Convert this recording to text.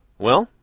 well,